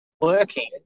working